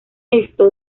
esto